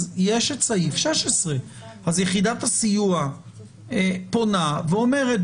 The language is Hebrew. יש את סעיף 16. אז יחידת הסיוע פונה ואומרת: